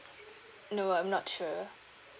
no I'm not sure